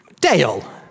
Dale